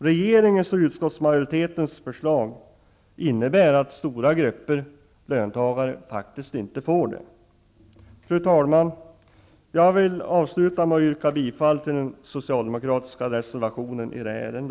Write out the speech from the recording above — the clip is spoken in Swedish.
Regeringens och utskottsmajoritetens förslag innebär att stora grupper löntagare inte får det. Fru talman! Jag vill avsluta med att yrka bifall till den socialdemokratiska reservationen i detta ärende.